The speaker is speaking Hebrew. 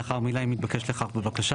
לאחר המילים 'אם התבקש לכך בבקשה'